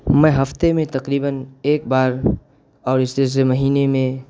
میں ہفتے میں تقریباً ایک بار اور اس طرح سے مہینے میں